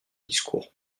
discours